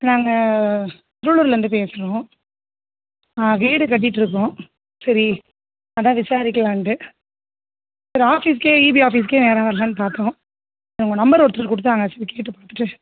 நாங்கள் திருவள்ளூரிலேர்ந்து பேசுகிறோம் ஆ வீடு கட்டிகிட்ருக்கோம் சரி அதுதான் விசாரிக்கலானுட்டு சரி ஆஃபீஸ்க்கே ஈபி ஆஃபீஸுக்கே நேராக வரலான்னு பார்த்தோம் உங்கள் நம்பரு ஒருத்தர் கொடுத்தாங்க சரி கேட்டு பார்த்துட்டு